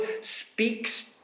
speaks